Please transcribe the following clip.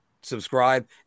subscribe